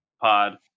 pod